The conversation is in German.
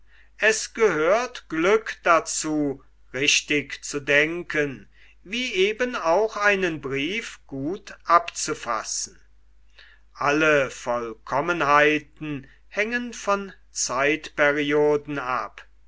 es gehört glück dazu richtig zu denken wie eben auch einen brief gut abzufassen alle vollkommenheiten hängen von zeitperioden ab